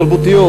תרבותיות,